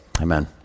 Amen